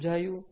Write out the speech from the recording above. સમજાયું